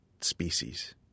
species